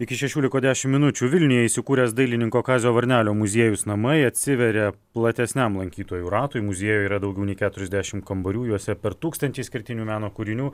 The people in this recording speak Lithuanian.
iki šešių liko dešimt minučių vilniuje įsikūręs dailininko kazio varnelio muziejus namai atsiveria platesniam lankytojų ratui muziejų yra daugiau nei keturiasdešim kambarių juose per tūkstantį išskirtinių meno kūrinių